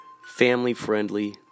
family-friendly